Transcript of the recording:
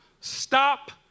stop